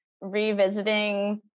revisiting